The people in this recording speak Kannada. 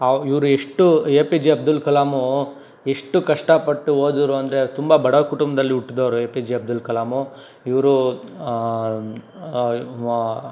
ಅವು ಇವರು ಎಷ್ಟು A P J Abdul Kalam ಎಷ್ಟು ಕಷ್ಟಪಟ್ಟು ಓದಿದ್ರು ಅಂದರೆ ತುಂಬ ಬಡ ಕುಟುಂಬದಲ್ಲಿ ಹುಟ್ಟಿದೋರು A P J Abdul Kalam ಇವರು ವಾ